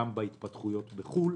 גם בהתפתחויות בחו"ל.